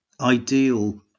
ideal